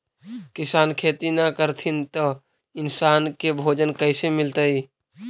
किसान खेती न करथिन त इन्सान के भोजन कइसे मिलतइ?